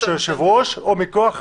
מאה אחוז,